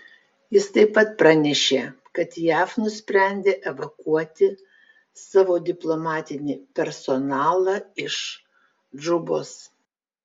jis taip pat pranešė kad jav nusprendė evakuoti savo diplomatinį personalą iš džubos